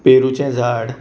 पेरुचें झाड